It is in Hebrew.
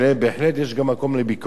בהחלט יש גם מקום לביקורת.